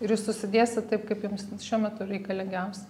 ir jūs susidėsit taip kaip jums šiuo metu reikalingiausia